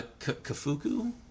Kafuku